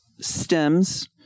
stems